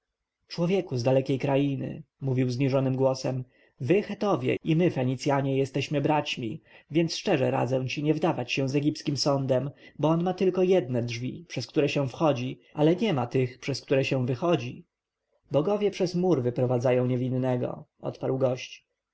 człowieku z dalekiej krainy mówił zniżonym głosem wy chetowie i my fenicjanie jesteśmy braćmi więc szczerze radzę ci nie wdawać się z egipskim sądem bo on ma tylko jedne drzwi przez które się wchodzi ale nie ma tych przez które się wychodzi bogowie przez mur wyprowadzą niewinnego odparł gość